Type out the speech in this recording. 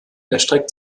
erstreckt